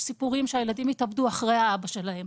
סיפורים שהילדים התאבדו אחרי האבא שלהם.